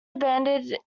abandoned